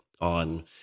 on